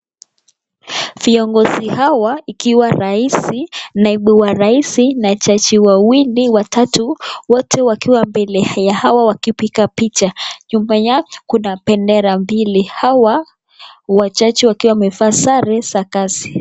Viongozi hawa ikiwa raisi, naibu wa raisi na jaji wawili watatu wote wakiwa mbele ya hawa wakipiga picha. Nyuma yao kuna bendera mbili. Hawa wajaji wakiwa wamevaa sare za kazi.